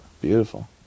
Beautiful